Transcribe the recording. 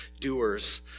doers